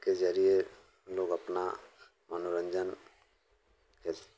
के ज़रिए लोग अपना मनोरंजन के